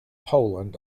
poland